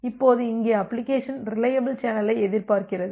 இப்போது இங்கே application reliable சேனலை எதிர்பார்க்கிறது